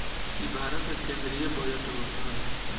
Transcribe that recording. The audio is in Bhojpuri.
इ भारत के केंद्रीय बजट होत हवे